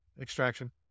extraction